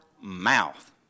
mouth